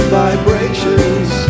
vibrations